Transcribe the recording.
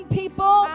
people